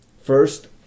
first